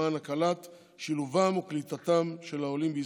למען הקלת שילובם וקליטתם של העולים בישראל.